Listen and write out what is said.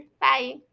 Bye